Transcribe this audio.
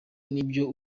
n’ibyo